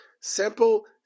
simple